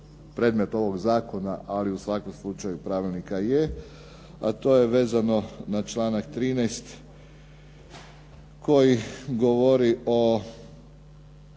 predmet ovog zakona, ali u svakom slučaju pravilnika je. A to je vezano na članak 13. koji govori o